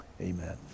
Amen